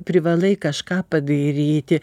privalai kažką padaryti